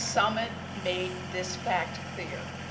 summit made this fact clear.